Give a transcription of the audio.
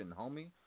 homie